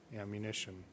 ammunition